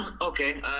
Okay